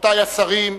רבותי השרים,